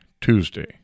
Tuesday